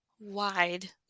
wide